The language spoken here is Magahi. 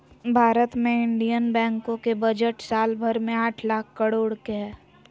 भारत मे इन्डियन बैंको के बजट साल भर मे आठ लाख करोड के हय